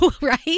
right